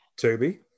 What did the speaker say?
Toby